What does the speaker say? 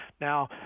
Now